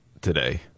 today